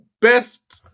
best